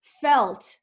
felt